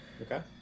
Okay